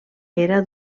era